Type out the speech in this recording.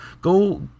Go